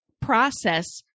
process